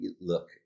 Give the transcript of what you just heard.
look